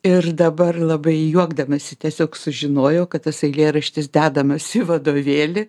ir dabar labai juokdamasi tiesiog sužinojau kad tas eilėraštis dedamas į vadovėlį